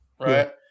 right